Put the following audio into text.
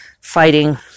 fighting